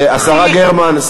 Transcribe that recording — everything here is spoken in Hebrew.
השרה גרמן,